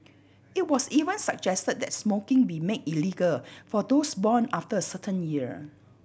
it was even suggested that smoking be made illegal for those born after a certain year